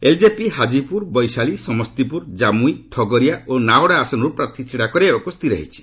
LJP ହାଜିପ୍ରର ବୈଶାଳୀ ସମସ୍ତିପ୍ରର ଜାମ୍ବଇ ଠଗରିଆ ଓ ନାଓଡ଼ା ଆସନରୁ ପ୍ରାର୍ଥୀ ଛିଡ଼ା କରାଇବାକୁ ସ୍ଥିର ହୋଇଛି